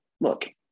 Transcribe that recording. look